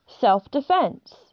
Self-defense